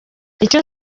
icyo